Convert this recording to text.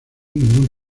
ningún